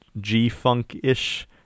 G-funk-ish